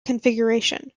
configuration